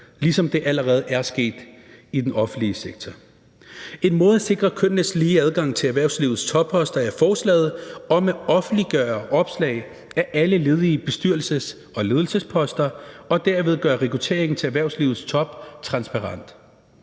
ligesom det allerede er sket i den offentlige sektor. En måde at sikre kønnenes lige adgang til erhvervslivets topposter på er forslaget om at offentliggøre opslag af alle ledige bestyrelses- og ledelsesposter og derved gøre rekrutteringen til erhvervslivets top transparent.